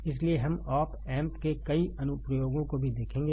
इसलिए हम op amp के कई अनुप्रयोगों को भी देखेंगे